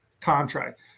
contract